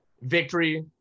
Victory